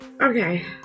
Okay